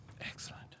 Excellent